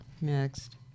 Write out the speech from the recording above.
Next